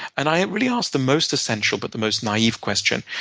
and i really asked the most essential, but the most naive question,